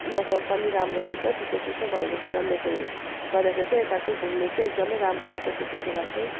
मौसम पनि राम्रो हुन्छ चिसो चिसो भएको कारणले गर्दाखेरि चाहिँ यता घुम्नु चाहिँ एकदमै राम्रो हुन्छ त्यतिखेर चाहिँ